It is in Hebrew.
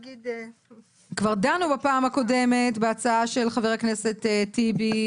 כבר דנו בפעם הקודמת בהצעה של חבר הכנסת טיבי,